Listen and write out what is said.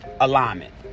alignment